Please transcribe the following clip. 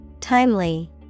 Timely